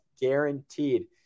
guaranteed